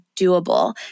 doable